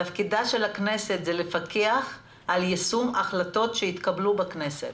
תפקידה של הכנסת לפקח על יישום החלטות שהתקבלו בכנסת.